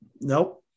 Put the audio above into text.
Nope